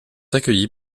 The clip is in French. accueillis